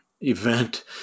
event